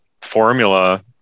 formula